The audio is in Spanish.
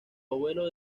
abuelo